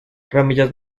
ramillas